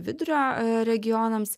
vidurio regionams